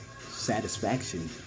satisfaction